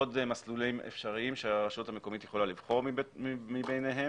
מסלולים אפשריים שהרשות המקומית יכולה לבחור ביניהם.